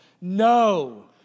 no